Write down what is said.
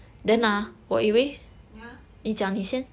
I mean since yeah